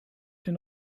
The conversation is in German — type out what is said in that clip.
den